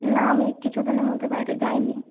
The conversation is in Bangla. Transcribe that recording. না আমি কিছুদিনের মধ্যে বাইরে যাইনি